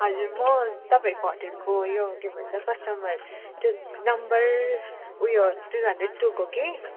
हजुर म तपाईँको होटेलको यो के भन्छ कस्टमर त्यो नम्बर उयो टू हन्ड्रेड टूको कि